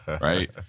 right